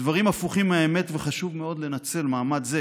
הדברים הפוכים מהאמת, וחשוב מאוד לנצל מעמד זה